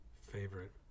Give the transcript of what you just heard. Favorite